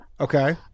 Okay